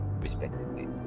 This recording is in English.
respectively